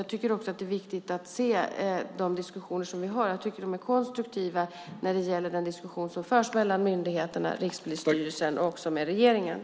Jag tycker också att de diskussioner som vi har är viktiga. Jag tycker att den diskussion som förs mellan myndigheterna, Rikspolisstyrelsen och regeringen är konstruktiv.